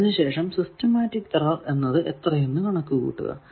അതിനു ശേഷം systematic error എന്നത് എത്രയെന്നു കണക്കു കൂട്ടുക